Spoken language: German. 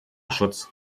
schutz